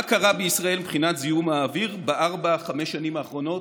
מה קרה בישראל מבחינת זיהום האוויר בארבע-חמש שנים האחרונות,